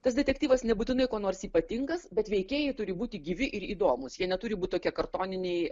tas detektyvas nebūtinai kuo nors ypatingas bet veikėjai turi būti gyvi ir įdomūs jie neturi būti tokie kartoniniai